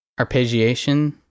arpeggiation